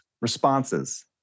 responses